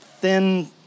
thin